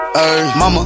Mama